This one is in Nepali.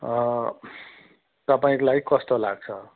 तपाईँलाई कस्तो लाग्छ